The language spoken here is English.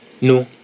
no